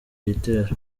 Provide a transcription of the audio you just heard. gitero